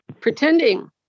pretending